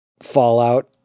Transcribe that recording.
fallout